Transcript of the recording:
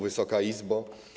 Wysoka Izbo!